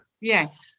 Yes